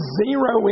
zero